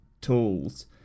tools